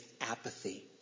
apathy